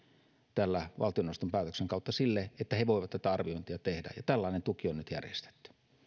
tämän valtioneuvoston päätöksen kautta sille että he voivat tätä arviointia tehdä ja tällainen tuki on nyt järjestetty